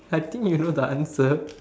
I think you know the answer